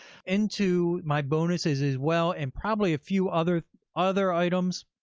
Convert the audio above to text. into my bonuses as well. and probably a few other other items.